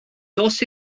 dos